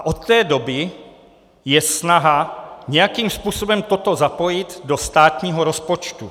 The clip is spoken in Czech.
Od té doby je snaha nějakým způsobem toto zapojit do státního rozpočtu.